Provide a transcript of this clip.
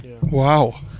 Wow